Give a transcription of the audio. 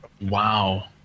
Wow